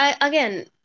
again